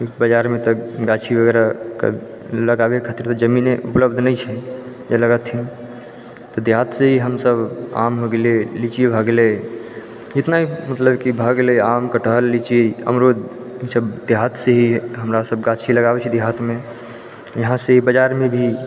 किछु बाजारमे तऽ गाछी वगैरहके लगाबै खटबे जमीने उपलब्ध नहि छै जे लगाबथिन देहातसँ ही हमसब आम होइ गेलै लीची भऽ गेलै कतना मतलब कि भऽ गेलै आम कटहल लीची अमरूद ई सब देहातसँ ही हमरा सब गाछी लगाबै छी देहातमे यहाँसँ बाजारमे भी